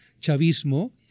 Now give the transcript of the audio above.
Chavismo